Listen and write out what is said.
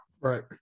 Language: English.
Right